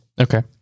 Okay